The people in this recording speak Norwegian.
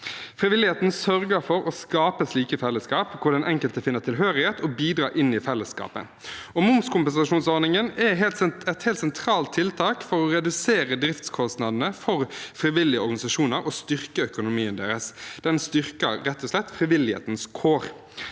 Frivilligheten sørger for å skape slike fellesskap, hvor den enkelte finner tilhørighet og bidrar inn i fellesskapet. Momskompensasjonsordningen er et helt sentralt tiltak for å redusere driftskostnadene for frivillige organisasjoner og styrke økonomien deres. Den styrker rett og slett frivillighetens kår.